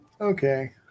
Okay